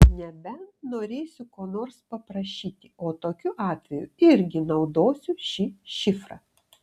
nebent norėsiu ko nors paprašyti o tokiu atveju irgi naudosiu šį šifrą